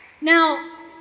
Now